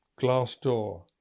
Glassdoor